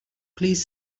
please